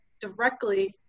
directly